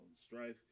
strife